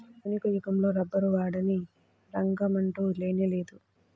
ఆధునిక యుగంలో రబ్బరు వాడని రంగమంటూ లేనేలేదు